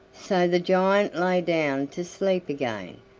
so the giant lay down to sleep again,